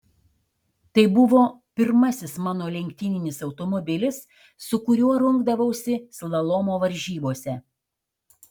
tai buvo pirmasis mano lenktyninis automobilis su kuriuo rungdavausi slalomo varžybose